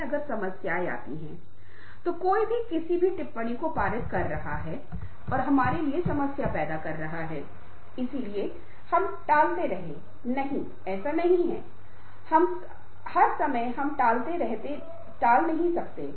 कार्य नैतिकता जैसा कि मैंने आपको बताया नैतिकता और काम नैतिकता एक ऐसी चीज है जिसे हम कवर करने में सक्षम नहीं थे लेकिन यह एक प्रासंगिक क्षेत्र है जिसे आप देख सकते हैं